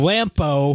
Lampo